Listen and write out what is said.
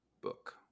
book